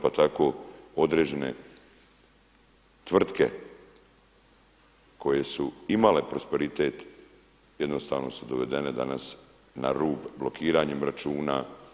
Pa tako određene tvrtke koje su imale prosperitet jednostavno su dovedene danas na rub blokiranjem računa.